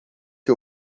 que